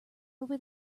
over